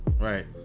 Right